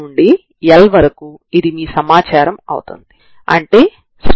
మీ ప్రారంభ సమాచారం ux0f అవుతుంది సరేనా